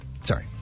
Sorry